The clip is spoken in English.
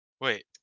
Wait